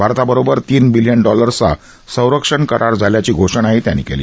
भारताबरोबर तीन बिलीयन डॉलर्सचा संरक्षण करार झाल्याची घोषणाही त्यांनी केली